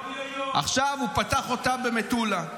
עכשיו הוא פתח אותה במטולה.